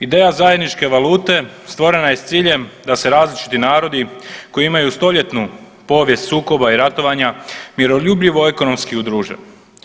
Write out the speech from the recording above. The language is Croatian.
Ideja zajedničke valute stvorena je s ciljem da se različiti narodi koji imaju 100-ljetnu povijest sukoba i ratovanja miroljubivo ekonomski udruže.